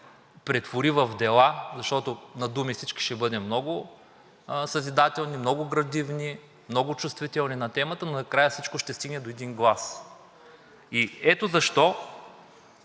претвори в дела, защото на думи всички ще бъдем много съзидателни, много градивни, много чувствителни на темата, но накрая всичко ще стигне до един глас. Ето защо